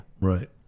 Right